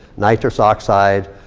nitrous oxide,